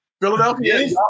Philadelphia